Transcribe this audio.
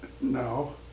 No